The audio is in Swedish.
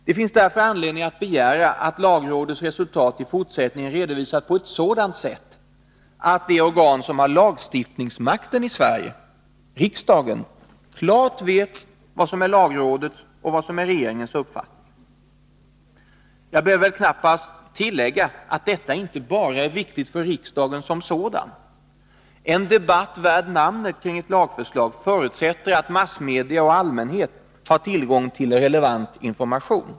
Det finns därför anledning att begära att lagrådets resultat i fortsättningen redovisas på ett sådant sätt att det organ som har lagstiftningsmakten i Sverige, riksdagen, klart vet vad som är lagrådets och vad som är regeringens uppfattningar. Jag behöver väl knappast tillägga att detta inte bara är viktigt för riksdagen som sådan. En debatt värd namnet kring ett lagförslag förutsätter att massmedia och allmänhet har tillgång till relevant information.